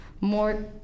more